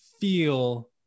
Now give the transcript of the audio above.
feel